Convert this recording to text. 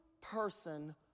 person